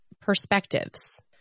perspectives